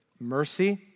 Mercy